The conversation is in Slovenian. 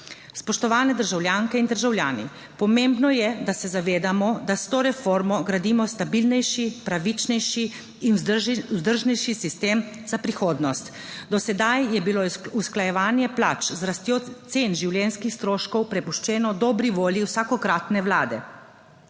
Spoštovane državljanke in državljani, pomembno je, da se zavedamo, da s to reformo gradimo stabilnejši, pravičnejši in vzdržnejši sistem za prihodnost. Do sedaj je bilo usklajevanje plač z rastjo cen življenjskih stroškov prepuščeno dobri volji vsakokratne vlade.